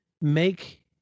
make